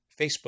Facebook